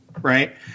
right